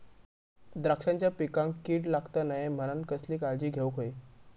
द्राक्षांच्या पिकांक कीड लागता नये म्हणान कसली काळजी घेऊक होई?